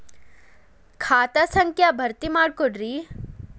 ಖಾತಾ ಸಂಖ್ಯಾ ಭರ್ತಿ ಮಾಡಿಕೊಡ್ರಿ